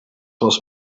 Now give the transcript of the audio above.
was